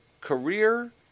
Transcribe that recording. career